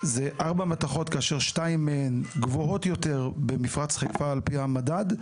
זה ארבע מתכות כאשר שתיים גבוהות יותר במפרץ חיפה על פי המדד,